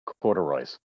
corduroys